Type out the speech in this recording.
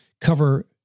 cover